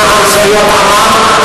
למען זכויות עמם,